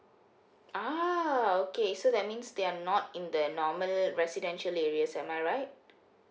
ah okay so that means they're not in the normal residential areas am I right